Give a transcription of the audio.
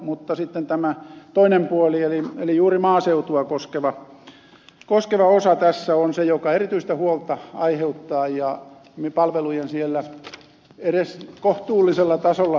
mutta sitten tämä toinen puoli eli juuri maaseutua koskeva osa tässä on se mikä erityistä huolta aiheuttaa palvelujen turvaaminen siellä edes kohtuullisella tasolla